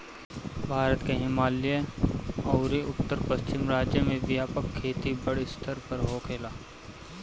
भारत के हिमालयी अउरी उत्तर पश्चिम राज्य में व्यापक खेती बड़ स्तर पर होखेला